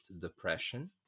depression